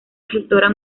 gestora